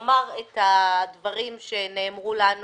אומר את הדברים שנאמרו לנו